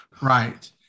right